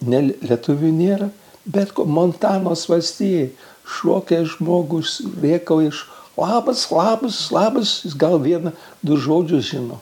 ne lietuvių nėra bet montanos valstijai šokia žmogus rėkia iš labas labas labas gal vieną du žodžius žino